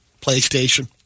PlayStation